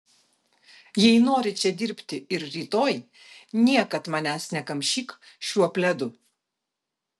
jei nori čia dirbti ir rytoj niekad manęs nekamšyk šiuo pledu